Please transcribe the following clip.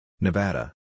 Nevada